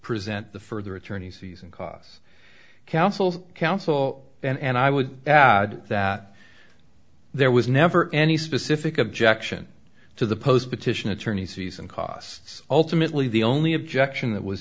present the further attorney's fees and costs counsel counsel and i would add that there was never any specific objection to the post petition attorney's fees and costs ultimately the only objection that was